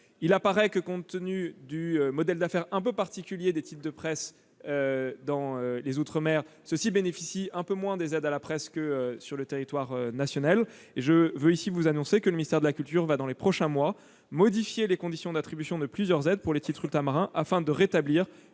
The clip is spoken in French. Il apparaît que, compte tenu du modèle d'affaires un peu particulier des types de presses dans les outre-mer, ceux-ci bénéficient un peu moins des aides à la presse que sur le territoire national. Je veux ici vous annoncer que le ministère de la culture va dans les prochains mois modifier les conditions d'attribution de plusieurs aides pour les titres ultramarins, afin de rétablir